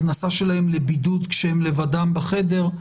הכנסה שלהם לבידוד כשהם לבדם בחדר.